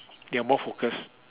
they are more focused